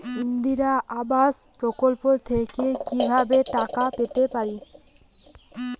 ইন্দিরা আবাস প্রকল্প থেকে কি ভাবে টাকা পেতে পারি?